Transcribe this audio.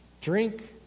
drink